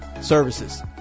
Services